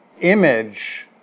image